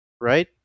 right